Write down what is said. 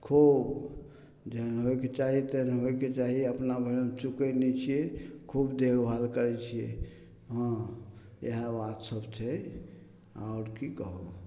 खूब जेहन होइके चाही तेहन होइके चाही अपना भिरा चुकै नहि छिए खूब देखभाल करै छिए हँ इएह बात सब छै आओर कि कहू